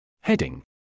Heading